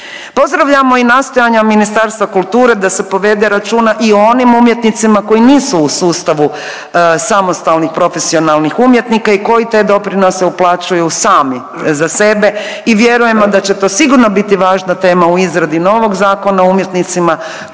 Pozdravljamo i nastojanja Ministarstva kulture da se povede računa i o onim umjetnicima koji nisu u sustavu samostalnih profesionalnih umjetnika i koji te doprinose uplaćuju sami za sebe i vjerujemo da će to sigurno biti važna tema u izradi novog Zakona o umjetnicima koji